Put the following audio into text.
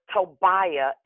Tobiah